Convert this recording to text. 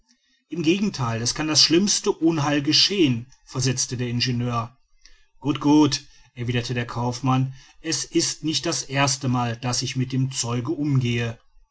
im gegentheil es kann das schlimmste unheil geschehen versetzte der ingenieur gut gut erwiderte der kaufmann es ist nicht das erste mal daß ich mit dem zeuge umgehe